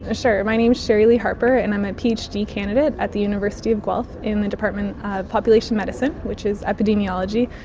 ah sure, my name is sherilee harper and i'm a phd candidate at the university of guelph in the department of population medicine, which is epidemiology.